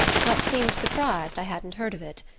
but seemed surprised i hadn't heard of it.